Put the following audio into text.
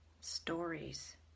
stories